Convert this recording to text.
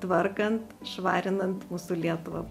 tvarkant švarinant mūsų lietuvą